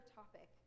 topic